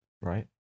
right